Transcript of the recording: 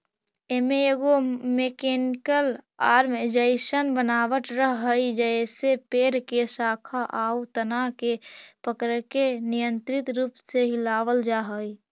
एमे एगो mechanical arm जइसन बनावट रहऽ हई जेसे पेड़ के शाखा आउ तना के पकड़के नियन्त्रित रूप से हिलावल जा हई